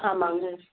ஆமாங்க